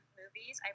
movies